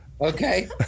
okay